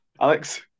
Alex